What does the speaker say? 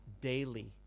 daily